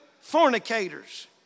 Fornicators